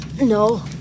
No